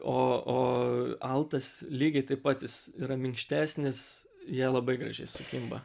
o o altas lygiai taip pat jis yra minkštesnis jie labai gražiai sukimba